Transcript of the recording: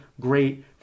great